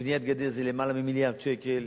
בניית גדר זה למעלה ממיליארד שקל.